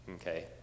okay